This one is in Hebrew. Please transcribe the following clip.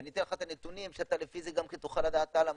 ואני אתן לך את הנתונים שאתה לפי זה גם כן תוכל לדעת מה